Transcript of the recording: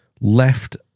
left